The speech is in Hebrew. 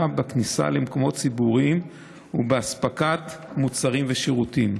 בכניסה למקומות ציבוריים ובאספקת מוצרים ושירותים.